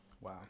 wow